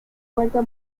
vuelto